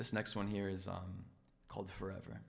this next one here is called forever